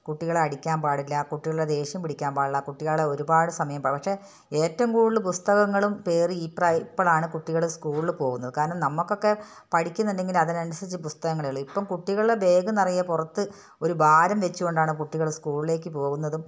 കുട്ടികളെ അടിക്കാൻ പാടില്ല കുട്ടികളുടെ ദേഷ്യം പിടിക്കാൻ പാടില്ല കുട്ടികളെ ഒരുപാട് സമയം പക്ഷെ ഏറ്റവും കൂടുതൽ പുസ്തകങ്ങളും പേറി ഇപ്പോഴാണ് കുട്ടികൾ സ്കൂളിൽ പോകുന്നത് കാരണം നമ്മൾകൊക്കെ പഠിക്കുന്നുണ്ടെങ്കിൽ അതിന് അസരിച്ചു പുസ്തകങ്ങളേ ഉള്ളൂ ഇപ്പം കുട്ടികളെ ബേഗ് നിറയേ പുറത്ത് ഒരു ഭാരം വച്ചു കൊണ്ടാണ് കുട്ടികൾ സ്കൂളിലേക്ക് പോകുന്നതും